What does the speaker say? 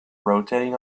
rotating